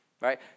right